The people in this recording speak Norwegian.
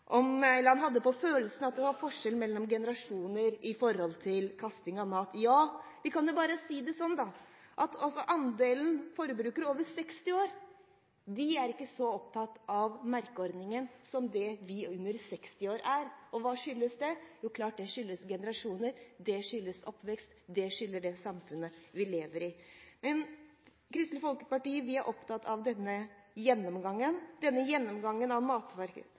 hadde en følelse av at det var forskjell mellom generasjoner når det gjelder kasting av mat. Ja, vi kan jo bare si det sånn: Andelen forbrukere over 60 år er ikke så opptatt av merkeordningen som det vi under 60 år er. Hva skyldes det? Jo, det skyldes klart generasjoner, oppvekst og det samfunnet vi lever i. Vi i Kristelig Folkeparti er opptatt av denne gjennomgangen. Denne gjennomgangen av